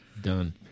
done